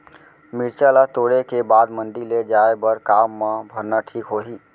मिरचा ला तोड़े के बाद मंडी ले जाए बर का मा भरना ठीक होही?